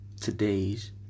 Today's